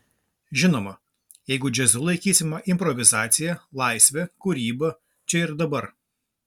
žinoma jeigu džiazu laikysime improvizaciją laisvę kūrybą čia ir dabar